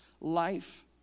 life